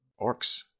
Orcs